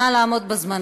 נא לעמוד בזמנים.